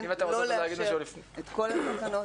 לא לאשר את כל התקנות,